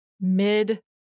mid